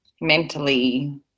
mentally